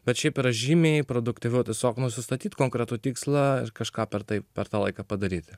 bet šiaip yra žymiai produktyviau tiesiog nusistatyti konkretų tikslą kažką per taip per tą laiką padaryti